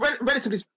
Relatively